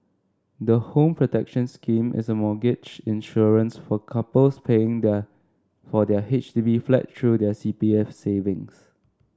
the Home Protection Scheme is a mortgage insurance for couples paying their for their H D B flat through their C P F savings